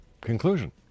conclusion